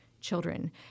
children